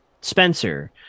Spencer